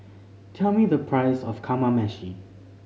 tell me the price of Kamameshi